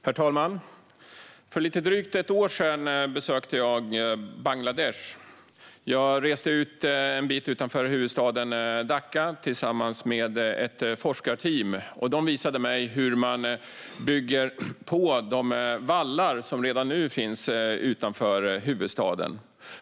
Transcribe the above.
Herr talman! För lite drygt ett år sedan besökte jag Bangladesh. Jag reste ut en bit utanför huvudstaden Dhaka tillsammans med ett forskarteam. De visade mig hur man bygger på de vallar som redan nu finns utanför huvudstaden.